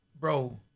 Bro